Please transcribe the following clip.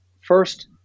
first